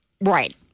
Right